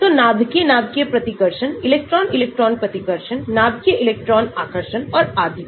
तो नाभिकीय नाभिकीय प्रतिकर्षण इलेक्ट्रॉन इलेक्ट्रॉन प्रतिकर्षण नाभिकीय इलेक्ट्रॉन आकर्षण और आदि पर